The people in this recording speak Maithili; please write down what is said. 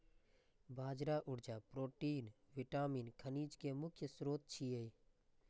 बाजरा ऊर्जा, प्रोटीन, विटामिन, खनिज के मुख्य स्रोत छियै